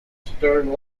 stern